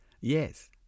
Yes